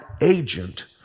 agent